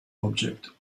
object